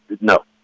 no